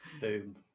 boom